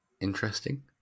interesting